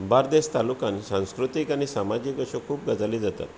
बार्देस तालुकांत संस्कृतीक आनी सामाजीक अश्यो खूब गजाली जातात